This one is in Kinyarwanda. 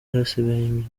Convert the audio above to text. hasigaye